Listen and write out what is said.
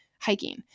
hiking